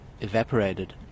evaporated